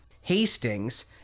Hastings